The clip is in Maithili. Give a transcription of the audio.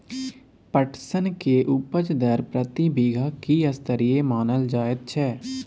पटसन के उपज दर प्रति बीघा की स्तरीय मानल जायत छै?